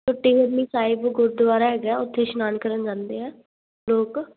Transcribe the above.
ਅਤੇ ਗੁਰਦੁਆਰਾ ਹੈਗਾ ਉੱਥੇ ਇਸ਼ਨਾਨ ਕਰਨ ਜਾਂਦੇ ਆ ਲੋਕ